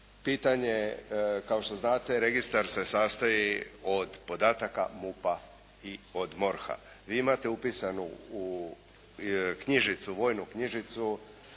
Pitanje, kao što znate registar se sastoji od podataka MUP-a i od MORH-a. Vi imate upisano u knjižicu,